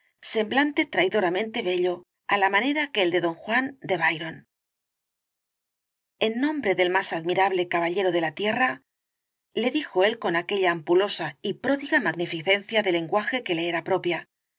semblante traidoramente bello á la manera que el de don juan de byron en nombre del más admirable señor de la tierra le dijo él con aquella ampulosa y pródiga magnificencia de lenguaje que le era propia